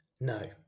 No